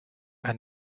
and